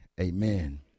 Amen